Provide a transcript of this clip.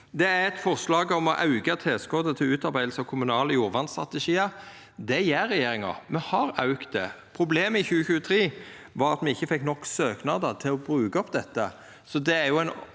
Det er òg eit forslag om å auka tilskotet til utarbeiding av kommunale jordvernstrategiar. Det gjer regjeringa. Me har auka det. Problemet i 2023 var at me ikkje fekk nok søknader til å bruka opp dette.